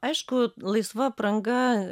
aišku laisva apranga